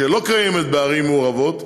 שלא קיימת בערים מעורבות,